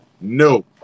No